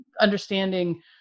understanding